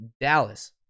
Dallas